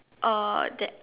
uh that